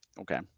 Okay